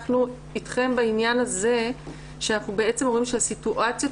אנחנו אתכם בעניין הזה שאנחנו בעצם רואים שהסיטואציות